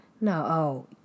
no